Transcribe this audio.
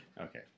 Okay